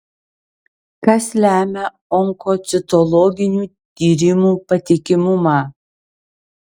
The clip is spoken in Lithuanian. kas lemia onkocitologinių tyrimų patikimumą